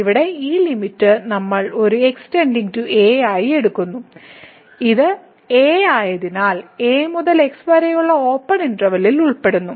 ഇവിടെ ഈ ലിമിറ്റ് നമ്മൾ ഒരു x → a ആയി എടുക്കുന്നു ഇത് a ആയതിനാൽ a മുതൽ x വരെയുള്ള ഓപ്പൺ ഇന്റെർവെല്ലിൽ ഉൾപ്പെടുന്നു